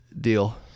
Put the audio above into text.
deal